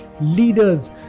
leaders